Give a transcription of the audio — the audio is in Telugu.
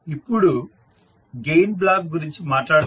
ఇప్పుడు గెయిన్ బ్లాక్ గురించి మాట్లాడుకుందాం